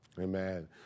Amen